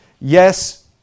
Yes